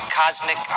cosmic